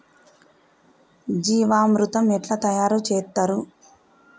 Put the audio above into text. జీవామృతం ఎట్లా తయారు చేత్తరు?